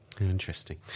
Interesting